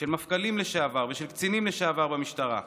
של מפכ"לים לשעבר ושל קצינים לשעבר במשטרה,